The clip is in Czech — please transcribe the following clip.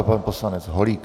Pan poslanec Holík.